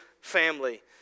family